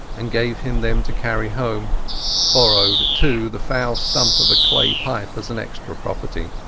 and gave him them to carry home borrowed, too, the foul stump of a clay pipe as an extra property.